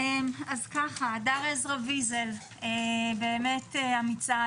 הדר עזרא ויזל, אמיצה.